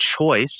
choice